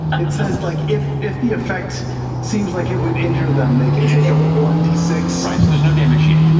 it says like if if the effect seems like it would injure them, they can take a one d six matt right. so there's no damage yet.